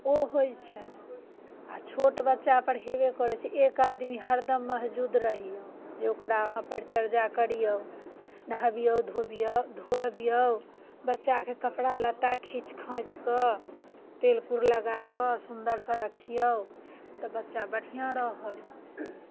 ओ होइत छै आ छोट बच्चापर हेबै करैत छै एक आदमी हरदम मौजूद रहियौ जे ओकरा अहाँ परिचर्या करियौ नहबियौ धोबियौ धुअबियौ बच्चाके कपड़ा लत्ता खीँच खाँचि कऽ तेल कुर लगा कऽ सुन्दरसँ रखियौ तऽ बच्चा बढ़िआँ रहल